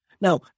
Now